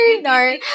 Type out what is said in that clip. No